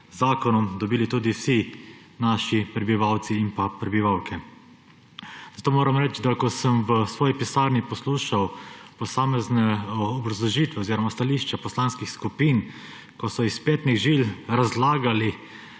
zakonom dobili tudi vsi naši prebivalci in prebivalke. Zato moram reči, ker sem v svoji pisarni poslušal posamezne obrazložitve oziroma stališča poslanskih skupin, ko so iz petnih žil razlagali,